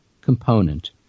component